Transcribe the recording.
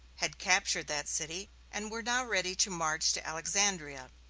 had captured that city and were now ready to march to alexandria.